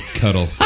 cuddle